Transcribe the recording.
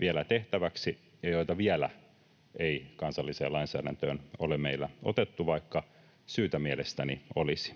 vielä tehtäväksi ja joita vielä ei kansalliseen lainsäädäntöön ole meillä otettu, vaikka syytä mielestäni olisi.